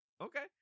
Okay